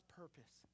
purpose